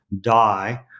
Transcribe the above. die